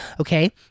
okay